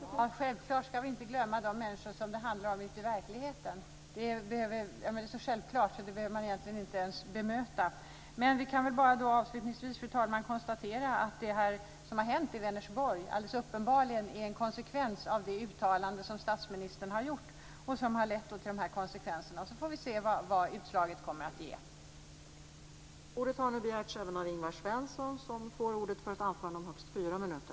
Fru talman! Självklart ska vi inte glömma de människor det handlar om ute i verkligheten. Det är så självklart att man inte ens behöver bemöta det. Men vi kan väl avslutningsvis, fru talman, konstatera att det som har hänt i Vänersborg alldeles uppenbarligen är en konsekvens av det uttalande som statsministern har gjort och som har lett till de här följderna. Sedan får vi se vad utslaget kommer att ge.